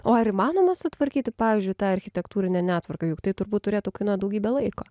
o ar įmanoma sutvarkyti pavyzdžiui tą architektūrinę netvarką juk tai turbūt turėtų kainuot daugybę laiko